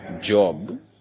job